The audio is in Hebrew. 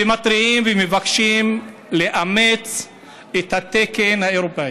ומתריעים ומבקשים לאמץ את התקן האירופי.